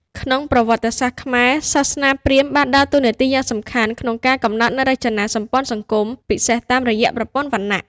ក្នុងប្រវត្តិសាស្ត្រខ្មែរ សាសនាព្រាហ្មណ៍បានដើរតួនាទីយ៉ាងសំខាន់ក្នុងការកំណត់នូវរចនាសម្ព័ន្ធសង្គម ពិសេសតាមរយៈប្រព័ន្ធវណ្ណៈ។